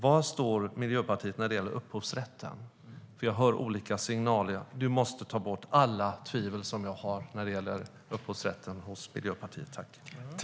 Var står Miljöpartiet när det gäller upphovsrätten? Jag hör olika signaler. Niclas Malmberg! Du måste ta bort alla tvivel som jag har när det gäller synen på upphovsrätt hos Miljöpartiet.